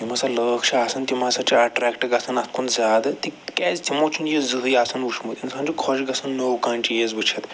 یِم ہَسا لُکھ چھِ آسان تِم ہَسا چھِ اَٹرٮ۪کٹ گَژھان اَتھ کُن زیادٕ تِکیٛازِ تِمو چھُنہٕ یہِ زٕہٕے آسان وٕچھمُت اِنسان چھُ خوش گَژھان نو کانٛہہ چیٖز وٕچھِتھ